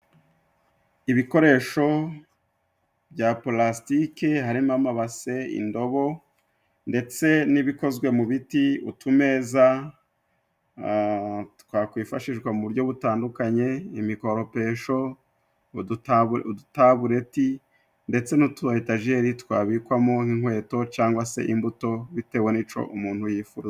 Ibikoresho bya purasitike harimo amabase, indobo ndetse n'ibikozwe mu biti. Utumeza twakwifashishwa mu buryo butandukanye, imikoropesho, udutabureti ndetse n'utuyetageri twabikwamo nk' inkweto, cangwa se imbuto bitewe n'ico umuntu yifuza.